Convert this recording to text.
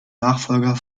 nachfolger